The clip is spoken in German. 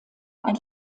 ein